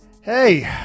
hey